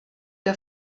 der